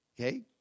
Okay